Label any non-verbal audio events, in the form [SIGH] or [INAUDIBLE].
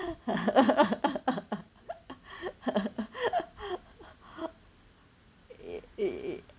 [LAUGHS]